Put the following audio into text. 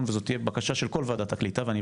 וזו תהיה בקשה של כל וועדת הקליטה